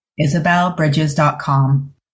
isabelbridges.com